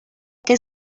que